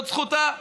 זו זכותה.